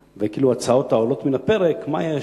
ויש הצעות העולות על הפרק: מה יש,